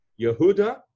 Yehuda